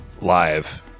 live